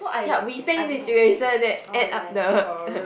ya we same situation eh end up the